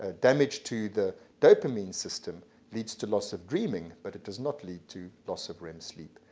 ah damage to the dopamine system leads to loss of dreaming, but it does not lead to loss of rem sleep.